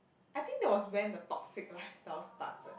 I think that was when the toxic lifestyle starts leh